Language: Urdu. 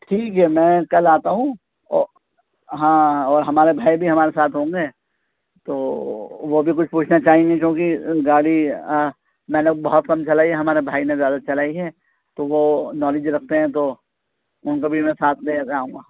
ٹھیک ہے میں کل آتا ہوں اور ہاں اور ہمارے بھائی بھی ہمارے ساتھ ہوں گے تو وہ بھی کچھ پوچھنا چاہیں گے کیونکہ گاڑی میں نے بہت کم چلائی ہے ہمارے بھائی نے زیادہ چلائی ہے تو وہ نالج رکھتے ہیں تو ان کو بھی میں ساتھ میں لے کے آؤں گا